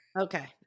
Okay